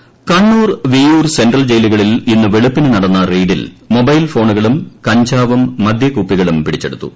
jail raid Kannur Viyyur central ജ്യിലുകളിൽ ഇന്ന് വെളുപ്പിന് നടന്ന റെയി ഡിൽ മൊബൈൽ ഫോണുകളും കഞ്ചാവും മദ്യകുപ്പികളും പിടിച്ചെ ടുത്തു